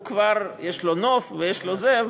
כבר יש לו נוף ויש לו זה,